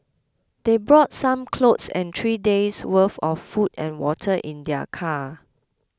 they brought some clothes and three days worth of food and water in their car